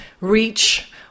reach